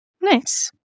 Nice